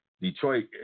detroit